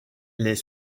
les